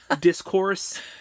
discourse